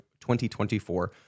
2024